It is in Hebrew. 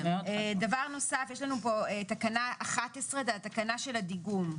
דבר נוסף, יש לנו פה תקנה 11, זה התקנה של הדיגום.